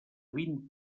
vint